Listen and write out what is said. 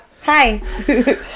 Hi